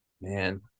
man